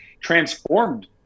transformed